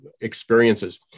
experiences